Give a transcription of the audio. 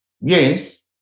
Yes